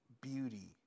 beauty